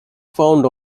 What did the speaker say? found